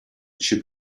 should